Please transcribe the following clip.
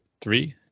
Three